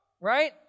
right